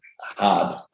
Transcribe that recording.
hard